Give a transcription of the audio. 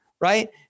Right